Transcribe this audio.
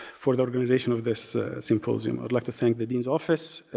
for the organization of this symposium. i'd like to thank the dean's office,